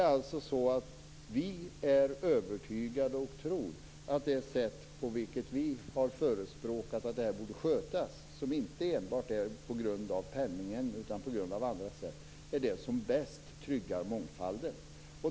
Vi är övertygade om att det sätt vi har förespråkat att detta skall skötas på - inte enbart baserad på penningen men på annat sätt - är det som bäst tryggar mångfalden.